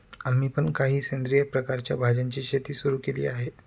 आम्ही पण काही सेंद्रिय प्रकारच्या भाज्यांची शेती सुरू केली आहे